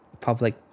public